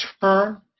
turn